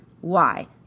Why